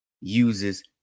uses